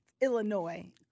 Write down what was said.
Illinois